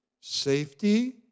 safety